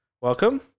welcome